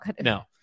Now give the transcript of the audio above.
No